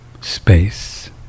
space